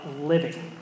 living